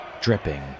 dripping